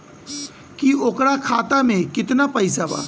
की ओकरा खाता मे कितना पैसा बा?